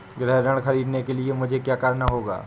गृह ऋण ख़रीदने के लिए मुझे क्या करना होगा?